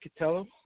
Catello